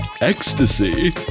ecstasy